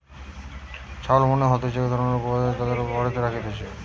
ছাগল মানে হতিছে এক ধরণের গবাদি পশু যাদেরকে বাড়িতে রাখতিছে